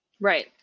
Right